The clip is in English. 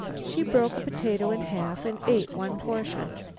she broke a potato in half and ate one portion.